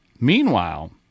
meanwhile